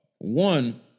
One